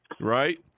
right